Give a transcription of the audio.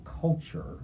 culture